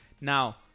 Now